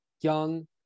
Young